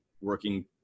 working